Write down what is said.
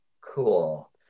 Cool